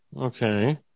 okay